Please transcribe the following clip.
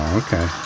okay